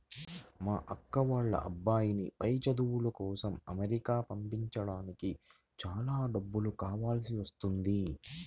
మా అక్క వాళ్ళ అబ్బాయిని పై చదువుల కోసం అమెరికా పంపించడానికి చాలా డబ్బులు కావాల్సి వస్తున్నది